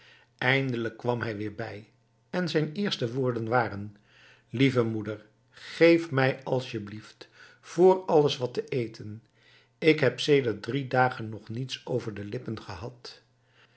eindelijk kwam hij weer bij en zijn eerste woorden waren lieve moeder geef mij asjeblieft vr alles wat eten ik heb sedert drie dagen nog niets over de lippen gehad